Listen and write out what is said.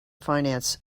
finance